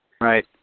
Right